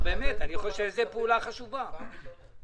זה מהתקציב שלכם?